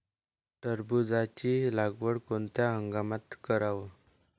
टरबूजाची लागवड कोनत्या हंगामात कराव?